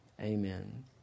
Amen